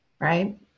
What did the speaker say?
right